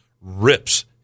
rips